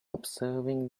observing